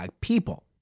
people